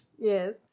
Yes